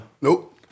Nope